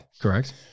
Correct